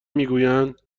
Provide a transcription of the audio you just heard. میگویند